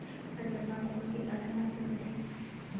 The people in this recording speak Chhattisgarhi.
फसल म कोनो भी अलहन आ सकत हे